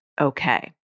okay